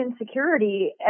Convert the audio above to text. insecurity